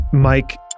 Mike